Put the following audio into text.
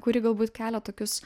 kuri galbūt kelia tokius